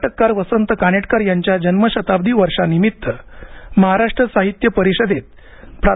नाटककार वसंत कानेटकर यांच्या जन्मशताब्दी वर्षानिमित्त महाराष्ट्र साहित्य परिषदेत प्रा